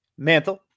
mantle